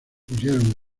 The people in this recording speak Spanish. huyeron